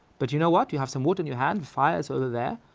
but you know what you have some water in your hand, the fire is over there.